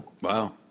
Wow